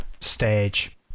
stage